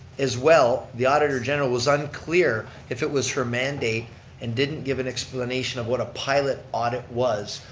as well, the auditor general was unclear if it was her mandate and didn't give an explanation of what a pilot audit was,